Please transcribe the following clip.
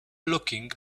looking